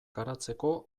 garatzeko